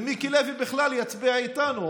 ומיקי לוי בכלל יצביע איתנו,